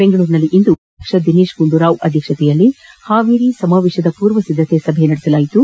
ಬೆಂಗಳೂರಿನಲ್ಲಿಂದು ಕೆಪಿಸಿಸಿ ಅಧ್ಯಕ್ಷ ದಿನೇಶ್ ಗುಂಡೂರಾವ್ ಅಧ್ಯಕ್ಷತೆಯಲ್ಲಿ ಹಾವೇರಿ ಸಮಾವೇಶದ ಪೂರ್ವಸಿದ್ದತೆ ಸಭೆ ನಡೆಯಿತು